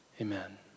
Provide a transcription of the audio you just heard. amen